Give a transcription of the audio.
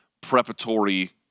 preparatory